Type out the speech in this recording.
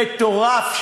מטורף,